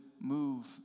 move